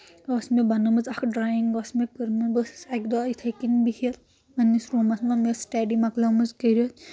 ٲس مےٚ بَنٲومٕژ اَکھ ڈرٛایِنٛگ ٲس مےٚ کٔرمٕژ بہٕ ٲسٕس اَکہِ دۄہ یِتھٕے کٔنۍ بِہِتھ پَننِس روٗمَس منٛز مےٚ ٲس سٹیڈی مۄکلٲومٕژ کٔرِتھ